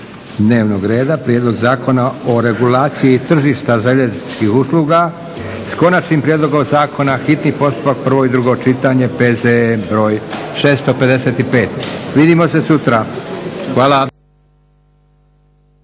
dnevnog reda Prijedlog zakona o regulaciji tržišta željezničkih usluga, s Konačnim prijedlogom zakona, hitni postupak, prvo i drugo čitanje, P.Z.E. br. 655. Vidimo se sutra. Hvala.